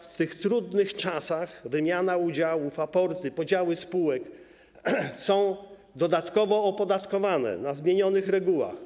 W tych trudnych czasach wymiana udziałów, aporty, podziały spółek są dodatkowo opodatkowane, na zmienionych zasadach.